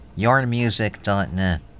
yarnmusic.net